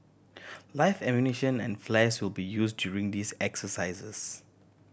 live ammunition and flares will be used during these exercises